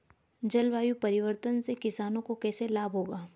जलवायु परिवर्तन से किसानों को कैसे लाभ होगा?